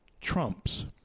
trumps